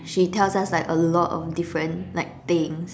she tells us like a lot of different like things